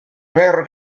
mère